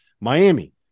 Miami